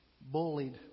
bullied